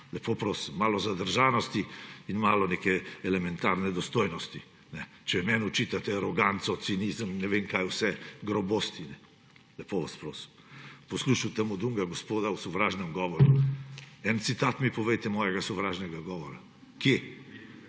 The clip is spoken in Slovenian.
Lepo prosim, malo zadržanosti in malo neke elementarne dostojnosti. Če meni očitate aroganco, cinizem in ne vem kaj vse, grobosti – lepo vas prosim. Poslušal sem tam od onega gospoda o sovražnem govoru. En citat mojega sovražnega govora mi